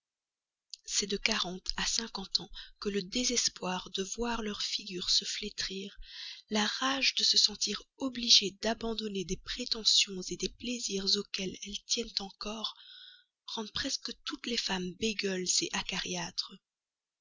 c'est de quarante à cinquante ans que le désespoir de voir leur figure se flétrir la rage de se sentir obligées d'abandonner des prétentions des plaisirs auxquels elles tiennent encore rendent presque toutes les femmes bégueules acariâtres il